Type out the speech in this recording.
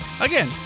Again